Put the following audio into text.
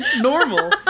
Normal